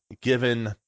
given